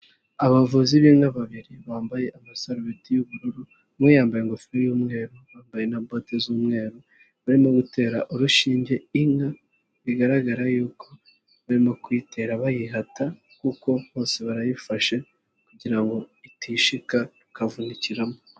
Abavuzi b'inka babiri bambaye amasarubeti y'ubururu, umwe yambaye ingofero y'umweru, yambaye na bote z'umweru, barimo gutera urushinge inka, bigaragara yuko barimo kuyitera bayihata kuko bose barayifashe kugira ngo itishika rukavunikiramo.